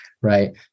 right